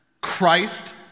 Christ